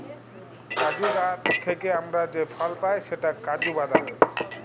কাজু গাহাচ থ্যাইকে আমরা যে ফল পায় সেট কাজু বাদাম